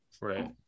Right